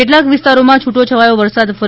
કેટલાક વિસ્તારોમાં છૂટોછવાયો વરસાદ ફરી શરૂ